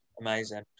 Amazing